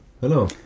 Hello